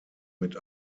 mit